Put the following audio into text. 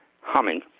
humming